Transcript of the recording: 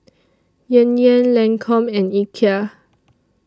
Yan Yan Lancome and Ikea